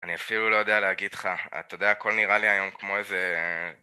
אני אפילו לא יודע להגיד לך. אתה יודע, הכל נראה לי היום כמו איזה…